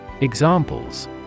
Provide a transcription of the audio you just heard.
Examples